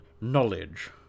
knowledge